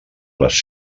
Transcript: les